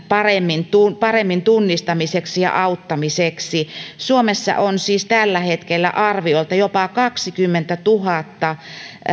paremmin tunnistamiseksi ja auttamiseksi suomessa on siis tällä hetkellä arviolta jopa kaksikymmentätuhatta